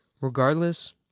Regardless